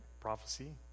prophecy